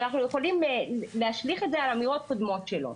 אנחנו יכולים להשליך את זה על אמירות קודמות שלו.